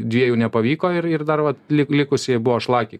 dviejų nepavyko ir ir dar vat lik likusieji buvo šlakiai